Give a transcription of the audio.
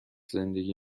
زندگی